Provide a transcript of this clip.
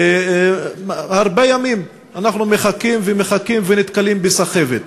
הרבה ימים אנחנו מחכים ומחכים ונתקלים בסחבת.